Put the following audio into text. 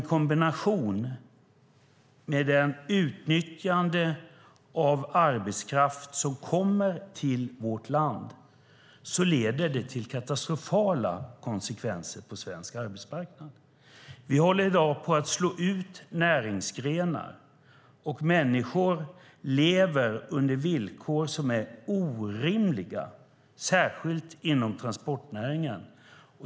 I kombination med utnyttjandet av arbetskraft som kommer till vårt land leder detta till katastrofala konsekvenser på svensk arbetsmarknad. Vi håller i dag på att slå ut näringsgrenar, och människor lever under villkor som är orimliga, särskilt inom transportnäringen.